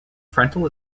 frontal